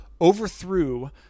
overthrew